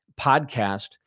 podcast